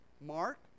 Mark